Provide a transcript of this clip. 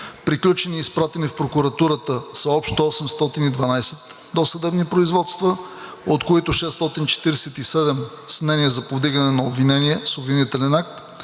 Приключени и изпратени в прокуратурата са общо 812 досъдебни производства, от които 647 с мнение за повдигане на обвинение с обвинителен акт,